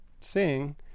sing